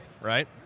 right